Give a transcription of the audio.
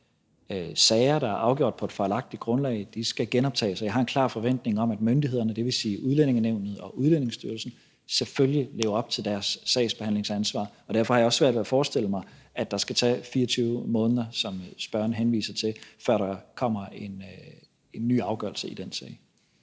sager, der er afgjort på et fejlagtigt grundlag, skal genoptages, og jeg har en klar forventning om, at myndighederne, dvs. Udlændingenævnet og Udlændingestyrelsen, selvfølgelig lever op til deres sagsbehandlingsansvar. Derfor har jeg også svært ved at forestille mig, at det skal tage 24 måneder, som spørgeren henviser til, før der kommer en ny afgørelse i den sag.